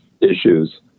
issues